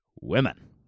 women